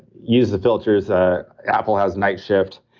use the filters ah apple has night shift,